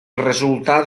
resultat